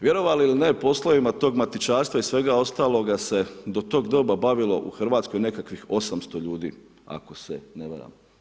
Vjerovali ili ne, poslovima tog matičarstva, i svega ostaloga se do toga doba bavilo u Hrvatskoj, nekakvih 800 ljudi, ako se ne varam.